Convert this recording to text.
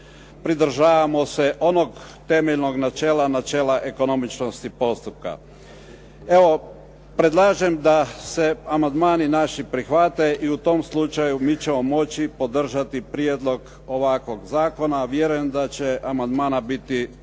pridržavamo se onog temeljnog načela, načela ekonomičnosti postupka. Evo, predlažem da se amandmani naši prihvate i u tom slučaju mi ćemo moći podržati prijedlog ovakvog zakona a vjerujem da će amandman biti daleko